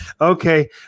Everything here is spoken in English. Okay